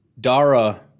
Dara